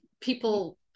people